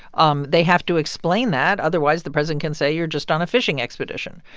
um they have to explain that. otherwise, the president can say, you're just on a fishing expedition.